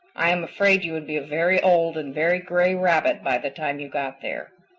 i am afraid you would be a very old and very gray rabbit by the time you got there.